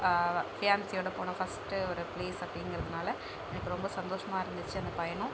ஃபியான்ஸியோட போன ஃபஸ்ட் ஒரு ப்ளேஸ் அப்படிங்குறதுனால எனக்கு ரொம்ப சந்தோஷமாக இருந்துச்சி அந்த பயணம்